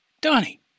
Donnie